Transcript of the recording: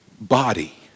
body